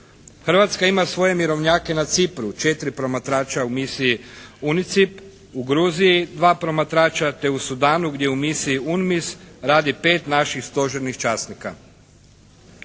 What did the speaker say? Hrvatska ima svoje mirovnjake na Cipru, 4 promatrača u misiji UNICIP, u Gruziji 2 promatrača te u Sudanu gdje u misiji UNMIS radi 5 naših stožernih časnika.